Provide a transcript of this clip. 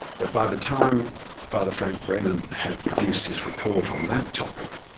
but by the time father frank brennan had produced his report on that topic,